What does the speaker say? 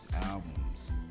albums